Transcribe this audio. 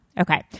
Okay